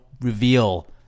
reveal